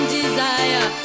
desire